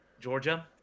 Georgia